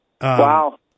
Wow